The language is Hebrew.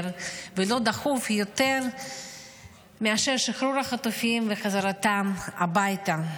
ולא דחוף יותר מאשר שחרור החטופים וחזרתם הביתה.